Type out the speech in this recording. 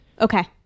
Okay